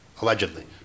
Allegedly